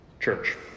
Church